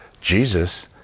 Jesus